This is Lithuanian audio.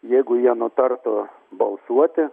jeigu jie nutartų balsuoti